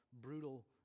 brutal